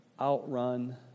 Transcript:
outrun